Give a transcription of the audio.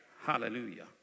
Hallelujah